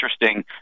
interesting